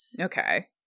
Okay